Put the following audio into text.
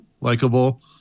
likable